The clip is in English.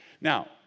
now